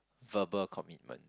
verbal commitment